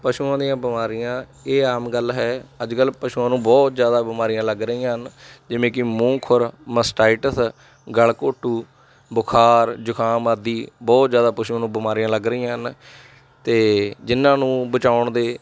ਪਸ਼ੂਆਂ ਦੀਆਂ ਬਿਮਾਰੀਆਂ ਇਹ ਆਮ ਗੱਲ ਹੈ ਅੱਜ ਕੱਲ੍ਹ ਪਸ਼ੂਆਂ ਨੂੰ ਬਹੁਤ ਜ਼ਿਆਦਾ ਬਿਮਾਰੀਆਂ ਲੱਗ ਰਹੀਆਂ ਹਨ ਜਿਵੇਂ ਕਿ ਮੂੰਹ ਖੁਰ ਮਸਟਾਈਟਸ ਗਲ ਘੋਟੂ ਬੁਖਾਰ ਜੁਕਾਮ ਆਦਿ ਬਹੁਤ ਜ਼ਿਆਦਾ ਪਸ਼ੂ ਬਿਮਾਰੀਆਂ ਲੱਗ ਰਹੀਆਂ ਹਨ ਅਤੇ ਜਿਹਨਾਂ ਨੂੰ ਬਚਾਉਣ ਦੇ